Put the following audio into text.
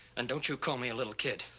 and don't you call me a little kid.